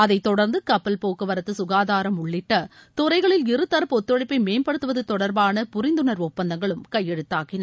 அதை தொடர்ந்து கப்பல் போக்கவரத்து கனதாரம் உள்ளிட்ட துறைகளில் இருதரப்பு ஒத்துழைப்பை மேம்படுத்துவது தொடர்பான புரிந்துணர்வு ஒப்பந்தங்களும் கையெழுத்தாகின